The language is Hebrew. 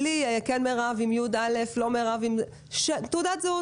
בלי כן מירב עם י' או בלי י' - לפי תעודת זהות?